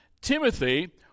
Timothy